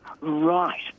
Right